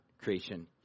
creation